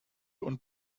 und